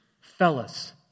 fellas